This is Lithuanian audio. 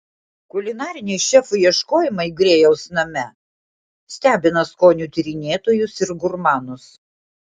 kulinariniai šefų ieškojimai grėjaus name stebina skonių tyrinėtojus ir gurmanus